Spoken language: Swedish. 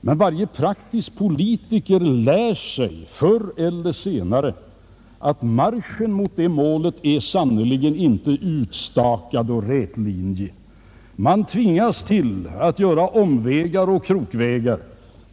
Men varje praktisk politiker lär sig förr eller senare att marschen mot det målet sannerligen inte är utstakad och rätlinjig. Man tvingas att göra omvägar och krokvägar.